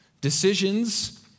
decisions